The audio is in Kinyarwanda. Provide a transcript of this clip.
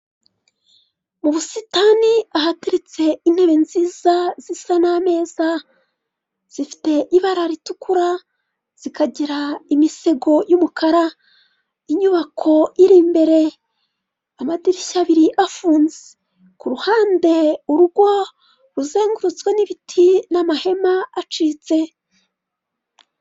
Mu busitani ahateretse intebe nziza zisa n'ameza zifite ibara ritukura zikagira imisego y'umukara, inyubako iri imbere amadirishya abiri afunze, ku ruhande urugo ruzengurutswe n'ibiti n'amahema acitse.